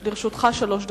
לרשותך שלוש דקות.